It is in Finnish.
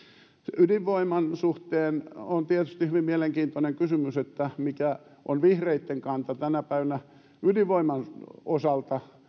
ydinvoiman suhteen on tietysti hyvin mielenkiintoinen kysymys mikä on vihreitten kanta tänä päivänä ydinvoiman osalta